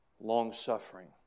long-suffering